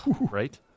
Right